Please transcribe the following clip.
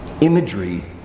imagery